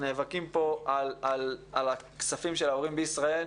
נאבקים פה על הכספים של ההורים בישראל,